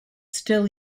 still